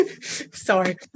Sorry